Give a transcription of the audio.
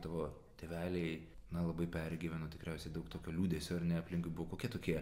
tavo tėveliai na labai pergyveno tikriausiai daug tokio liūdesio ar ne aplinkui buvo kokie tokie